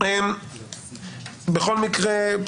בכל מקרה,